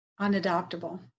unadoptable